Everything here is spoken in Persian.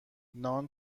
نان